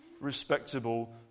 respectable